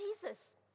Jesus